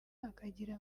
akagira